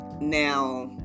Now